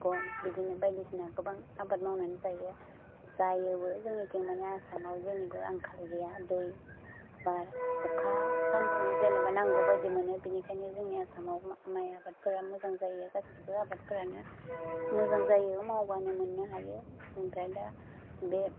गम बिदिनो बायदिसिना गोबां आबाद मावनानै जायो जायोबो जोंनिथिं मानि आसामाव जेनिबो आंखाल गैया दै बार अखा जों जेनेबा नांगौ बायदि मोनो बिनिखायनो जोंनि आसामावबो माय आबादफ्रा मोजां जायो गासिबो आबादफ्रानो मोजां जायो मावबानो मोन्नो हायो ओमफ्राय दा बे